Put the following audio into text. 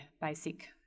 basic